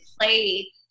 play